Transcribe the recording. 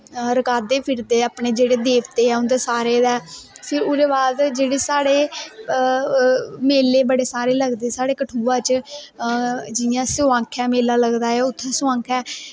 रकादे फिरदे अपने जेह्ड़े देवते ऐ उंदे सारे दे फिर ओह्दे बाद साढ़े जेह्ड़े मेले बड़े सारे लगदे साढ़े कठुआ च जियां लोआंखैं म्ली लगदा ऐ उत्थैं सोआंखैं